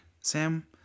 Sam